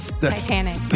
Titanic